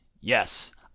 Yes